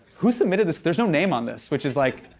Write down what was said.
who submitted this? there's no name on this, which is, like,